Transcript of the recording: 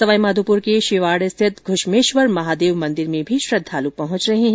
सवाई माधोपुर के शिवाड़ स्थित घ्रश्मेश्वर महादेव मंदिर में भी श्रद्धालु पहुंच रहे हैं